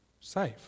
safe